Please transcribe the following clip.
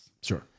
Sure